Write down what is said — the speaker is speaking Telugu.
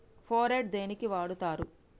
ఫోరెట్ దేనికి వాడుతరు?